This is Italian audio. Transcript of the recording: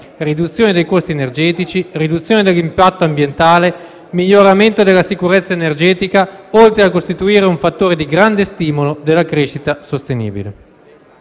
riduzione dei costi energetici, riduzione dell'impatto ambientale e miglioramento della sicurezza energetica oltre a costituire un fattore di grande stimolo della crescita sostenibile.